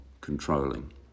controlling